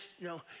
no